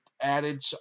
added